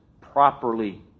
properly